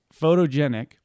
photogenic